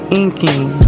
inking